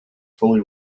fully